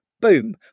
boom